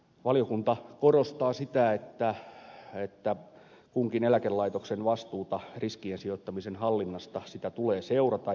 valiokunta korostaa sitä että kunkin eläkelaitoksen vastuuta riskien sijoittamisen hallinnasta tulee seurata